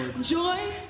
Joy